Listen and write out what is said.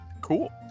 Cool